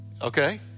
Okay